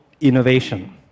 innovation